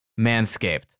Manscaped